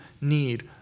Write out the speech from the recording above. need